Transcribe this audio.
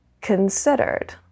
considered